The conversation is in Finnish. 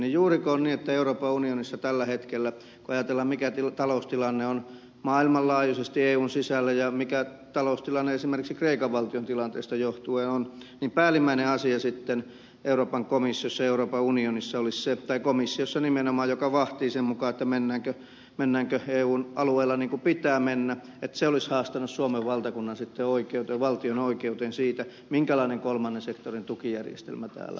kun ajatellaan euroopan unionia tällä hetkellä mikä taloustilanne on maailmanlaajuisesti eun sisällä ja mikä taloustilanne esimerkiksi kreikan valtion tilanteesta johtuen on niin juuri sekö olisi sitten päällimmäinen asia euroopan komissiossa joka vahtii sen mukaan mennäänkö eun alueella niin kuin pitää mennä että se olisi haastanut suomen valtakunnan sitten valtionoikeuteen siitä minkälainen kolmannen sektorin tukijärjestelmä täällä on